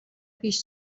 پیش